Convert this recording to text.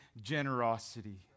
generosity